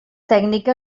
tècnica